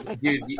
Dude